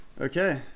okay